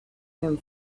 him